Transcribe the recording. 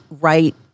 right